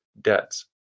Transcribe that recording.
debts